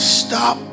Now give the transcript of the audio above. stop